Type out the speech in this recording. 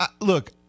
look